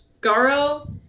Garo